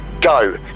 Go